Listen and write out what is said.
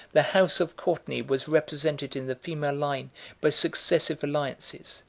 the house of courtenay was represented in the female line by successive alliances,